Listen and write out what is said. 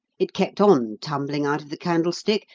it kept on tumbling out of the candlestick,